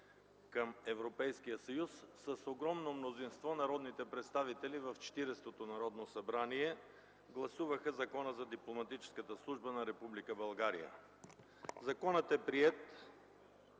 към Европейския съюз, с огромно мнозинство народните представители в Четиридесетото Народно събрание гласуваха Закона за Дипломатическата служба на Република България.